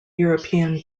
european